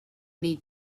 need